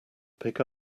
pick